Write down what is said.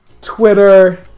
Twitter